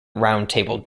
roundtable